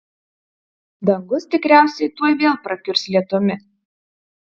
dangus tikriausiai tuoj vėl prakiurs lietumi